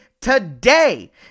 today